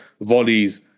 volleys